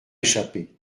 échappé